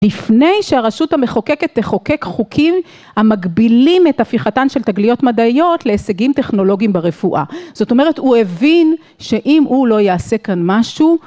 לפני שהרשות המחוקקת תחוקק חוקים המגבילים את הפיכתן של תגליות מדעיות להישגים טכנולוגיים ברפואה, זאת אומרת הוא הבין שאם הוא לא יעשה כאן משהו